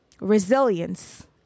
resilience